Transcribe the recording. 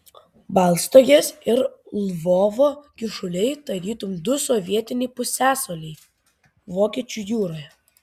baltstogės ir lvovo kyšuliai tarytum du sovietiniai pusiasaliai vokiečių jūroje